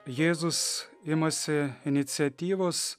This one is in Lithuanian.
jėzus imasi iniciatyvos